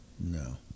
No